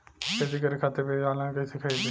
खेती करे खातिर बीज ऑनलाइन कइसे खरीदी?